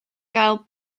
gael